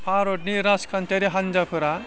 भारतनि राजखान्थियारि हान्जाफोरा